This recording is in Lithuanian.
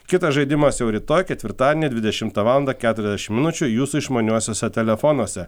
kitas žaidimas jau rytoj ketvirtadienį dvidešimtą vlandą keturiasdešim minučių jūsų išmaniuosiuose telefonuose